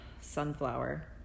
sunflower